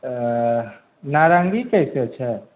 नारंगी कैसे छै